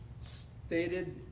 stated